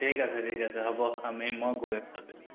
ঠিক আছে ঠিক আছে হ'ব আমি মই গৈ আছোঁ আবেলি